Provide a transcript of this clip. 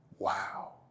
Wow